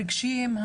הרגשיים,